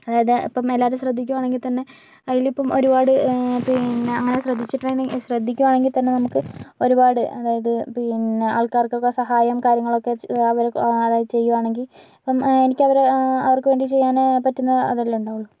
അതായത് ഇപ്പം എല്ലാവരും ശ്രദ്ധിക്കുവാണെങ്കിത്തന്നെ അയിലിപ്പം ഒരുപാട് പിന്നെ അങ്ങനെ ശ്രദ്ധിച്ചിട്ടുണ്ടെങ്കി ശ്രദ്ധിക്കുവാണെങ്കിത്തന്നെ നമ്മക്ക് ഒരുപാട് അതായത് പിന്നെ ആൾക്കാർക്കൊക്കെ സഹായം കാര്യങ്ങളൊക്കെ ചെ അവർക്ക് അതായത് ചെയ്യുവാണെങ്കി ഇപ്പം എനിക്കവരെ അവർക്ക് വേണ്ടി ചെയ്യാന് പറ്റുന്ന അതല്ലേ ഉണ്ടാവുള്ളു